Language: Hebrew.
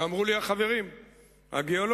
ואמרו לי החברים הגיאולוגים